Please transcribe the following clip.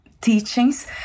teachings